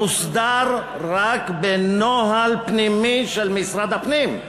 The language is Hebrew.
מוסדרת רק בנוהל פנימי של משרד הפנים?